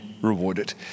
rewarded